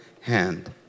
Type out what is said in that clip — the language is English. hand